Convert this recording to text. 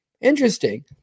Interesting